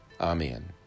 Amen